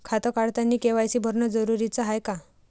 खातं काढतानी के.वाय.सी भरनं जरुरीच हाय का?